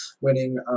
winning –